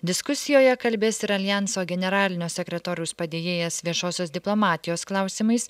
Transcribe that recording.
diskusijoje kalbės ir aljanso generalinio sekretoriaus padėjėjas viešosios diplomatijos klausimais